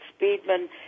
Speedman